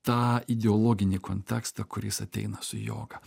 tą ideologinį kontekstą kuris ateina su joga